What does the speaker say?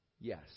Yes